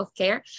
Healthcare